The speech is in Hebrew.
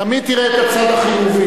תמיד תראה את הצד החיובי.